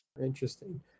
Interesting